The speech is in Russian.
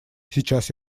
сейчас